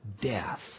death